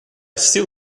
still